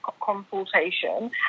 consultation